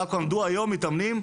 טקוונדו היום מתאמים,